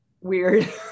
weird